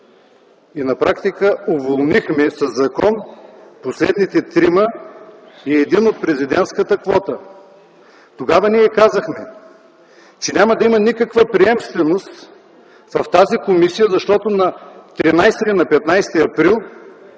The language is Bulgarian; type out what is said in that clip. На практика уволнихме със закон последните трима и един от президентската квота. Тогава ние казахме, че няма да има никаква приемственост в тази комисия, защото на 13 или 15 април